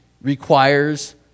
requires